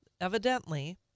evidently